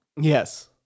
Yes